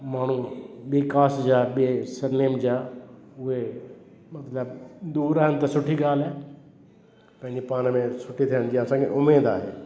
माण्हू ॿे ख़ासि जा सरनेम जा उहे मतिलबु दूरि आहिनि त सुठी ॻाल्हि आहे पंहिंजे पाण में सुठी थियनि जी उमेदु आहे